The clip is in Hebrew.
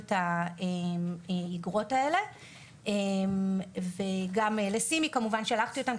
את האיגרות האלה וגם לסימי כמובן שלחתי אותן,